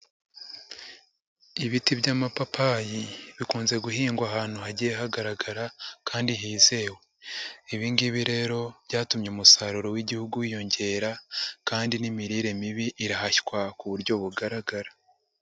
Ibiti by'amapapayi bikunze guhingwa ahantu hagiye hagaragara kandi hizewe, ibi ngibi rero byatumye umusaruro w'Igihugu wiyongera kandi n'imirire mibi irahashywa ku buryo bugaragara.